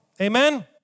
Amen